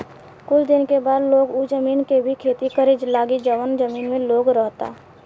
कुछ दिन के बाद लोग उ जमीन के भी खेती करे लागी जवन जमीन में लोग रहता